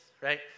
right